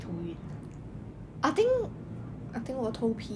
很帅 leh